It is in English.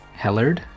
Hellard